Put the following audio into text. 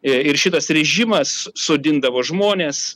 ir šitas režimas sodindavo žmones